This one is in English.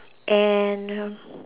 and